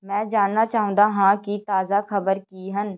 ਮੈਂ ਜਾਣਨਾ ਚਾਹੁੰਦਾ ਹਾਂ ਕਿ ਤਾਜ਼ਾ ਖ਼ਬਰ ਕੀ ਹਨ